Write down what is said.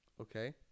Okay